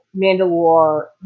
Mandalore